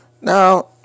Now